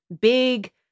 big